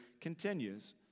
continues